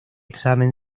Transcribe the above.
examen